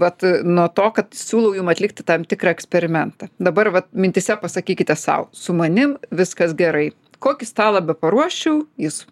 vat nuo to kad siūlau jum atlikti tam tikrą eksperimentą dabar vat mintyse pasakykite sau su manim viskas gerai kokį stalą beparuoščiau jis